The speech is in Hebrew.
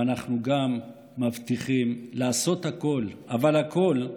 ואנחנו גם מבטיחים לעשות הכול, אבל הכול,